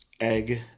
egg